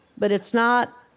but it's not,